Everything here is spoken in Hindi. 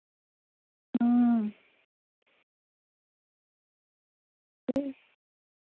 हाँ ठीक